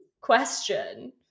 question